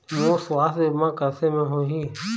मोर सुवास्थ बीमा कैसे म होही?